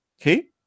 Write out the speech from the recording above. Okay